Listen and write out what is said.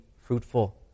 fruitful